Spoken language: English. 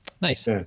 Nice